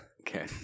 Okay